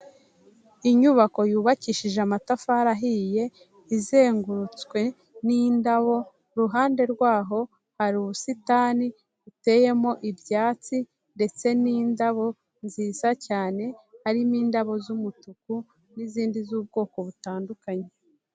Inyubako yubakishije amatafari ahiye, izengurutswe n'indabo, iruhande rwaho hari ubusitani buteyemo ibyatsi ndetse n'indabo nziza cyane, harimo indabo z'umutuku n'izindi z'ubwoko butandukanye.